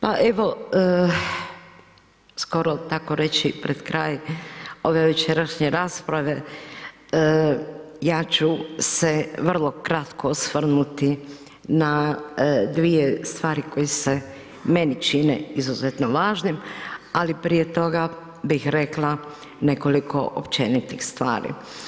Pa evo skoro takoreći pred kraj ove večerašnje rasprave ja ću se vrlo kratko osvrnuti na dvije stvari koje se meni čine izuzetno važne, ali prije toga bih rekla nekoliko općenitih stvari.